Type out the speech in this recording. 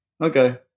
okay